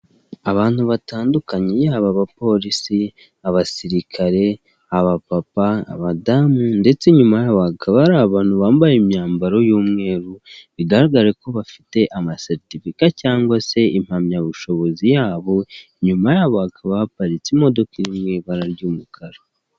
Abantu batandukanye yaba abapolisi, abasirikare, abapapa, abadamu ndetse inyuma yabo hakaba hari abantu bambaye imyambaro y'umweru bigaragare ko bafite amaseritifika cyangwa se impamyabushobozi yabo, inyuma yabo hakaba haparitse imodoka iri mu ibara ry'umukara.